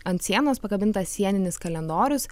ant sienos pakabintas sieninis kalendorius